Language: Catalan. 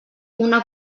una